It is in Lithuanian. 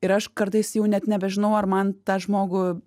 ir aš kartais jau net nebežinau ar man tą žmogų